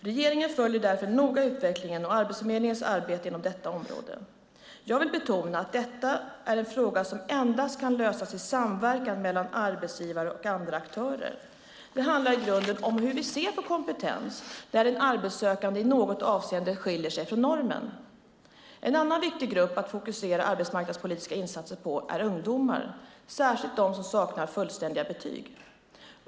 Regeringen följer därför noga utvecklingen och Arbetsförmedlingens arbete inom detta område. Jag vill betona att detta är en fråga som endast kan lösas i samverkan med arbetsgivare och andra aktörer. Det handlar i grunden om hur vi ser på kompetens när den arbetssökande i något avseende skiljer sig från normen. En annan viktig grupp att fokusera arbetsmarknadspolitiska insatser på är ungdomar, särskilt de som saknar fullständiga betyg.